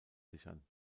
sichern